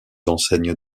enseignes